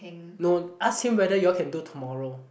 no ask him whether you all can do tomorrow